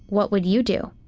what would you do?